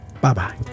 Bye-bye